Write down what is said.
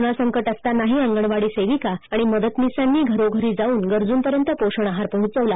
corona संकट असतानाही अंगणवाडी सेविका मदतनीसांनी घरोघरी जाऊन गरजूपर्यंत पोषण आहार पोहचवला